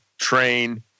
train